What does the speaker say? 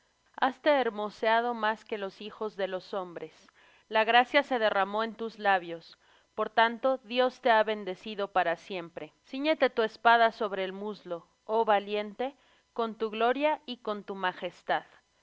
haste hermoseado más que los hijos de los hombres la gracia se derramó en tus labios por tanto dios te ha bendecido para siempre cíñete tu espada sobre el muslo oh valiente con tu gloria y con tu majestad